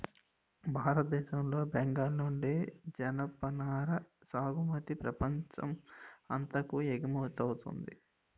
భారతదేశం లో బెంగాల్ నుండి జనపనార సాగుమతి ప్రపంచం అంతాకు ఎగువమౌతుంది